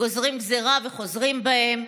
גוזרים גזרה וחוזרים בהם.